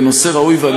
ונושא ראוי.